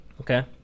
Okay